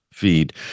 feed